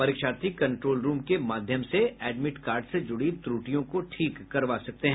परीक्षार्थी control room के माध्यम से एडमिट कार्ड से जुड़ी त्रुटियों को ठीक करवा सकते हैं